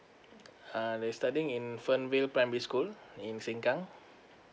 uh they studying in fernvale primary school in sengkang